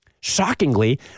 Shockingly